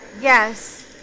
Yes